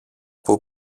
που